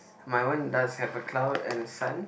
my one does have a cloud and sun